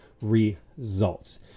results